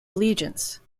allegiance